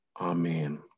Amen